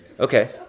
Okay